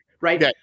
right